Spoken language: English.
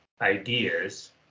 ideas